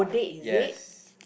yes